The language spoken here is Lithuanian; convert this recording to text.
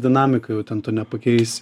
dinamika jau ten to nepakeisi